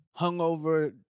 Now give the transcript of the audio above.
hungover